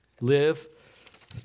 Live